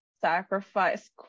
sacrifice